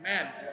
Amen